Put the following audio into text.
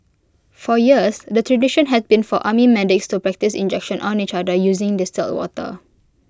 for years the tradition had been for army medics to practise injections on each other using distilled water